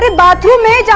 and bathroom is